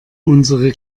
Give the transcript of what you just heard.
unsere